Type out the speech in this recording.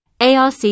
ARC